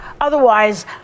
Otherwise